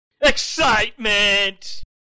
Excitement